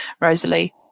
Rosalie